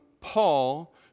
Paul